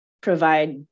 provide